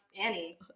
Annie